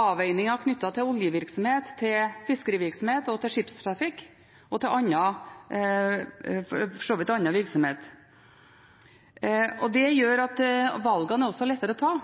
avveininger knyttet til oljevirksomhet, til fiskerivirksomhet og skipstrafikk og for så vidt til annen virksomhet, og det gjør at valgene også er lettere å ta.